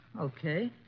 Okay